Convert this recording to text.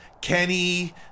Kenny